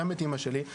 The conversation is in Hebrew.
גם את אמא שלי.